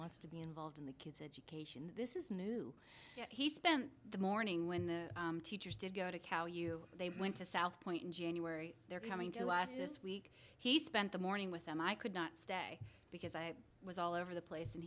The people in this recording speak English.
wants to be involved in the kid station this is new he spent the morning when the teachers did go to kauai you they went to southpoint in january they're coming to us this week he spent the morning with them i could not stay because i was all over the place and